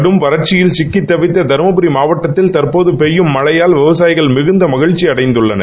கடும் வறட்சியில் சிக்கித்தவித்த தருடரி மாவட்டத்தில் தற்போது பெய்யும் மழையால் மக்கள் மிகுந்த மகிழ்சியடைந்தள்ளனர்